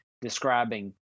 describing